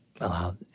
allowed